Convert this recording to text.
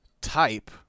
type